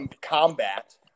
combat